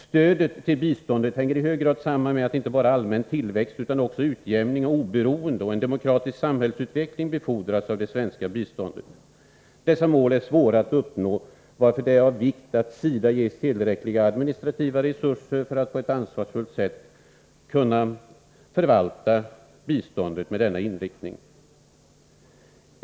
——— Stödet till biståndet hänger i hög grad samman med att inte bara allmän tillväxt utan också utjämning och oberoende och en demokratisk samhällsutveckling befordras av det svenska biståndet. Dessa mål är ofta svåra att uppnå varför det är av vikt att SIDA ges tillräckliga administrativa resurser för att på ett ansvarsfullt sätt kunna förvalta biståndet med denna inriktning. 3.